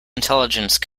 intelligence